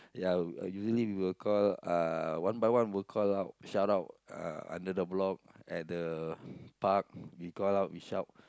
ya usually we will call uh one by one we'll call out shout out uh under the block at the park we call out we shout